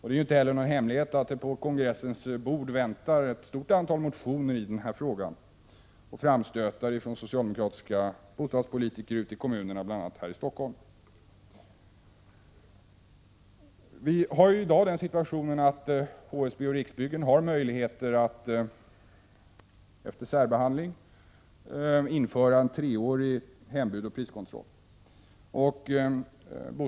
Det är inte någon hemlighet att det på kongressens bord väntar ett stort antal motioner i denna fråga och framstötar från socialdemokratiska bostadspolitiker ute i kommunerna, bl.a. här i Stockholm. I dag har HSB och Riksbyggen möjlighet att, efter särbehandling, införa hembud och priskontroll under en treårsperiod.